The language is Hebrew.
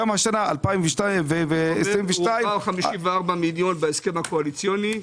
גם השנה 2022- -- הועבר 54 מיליון בהסכם הקואליציוני.